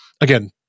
again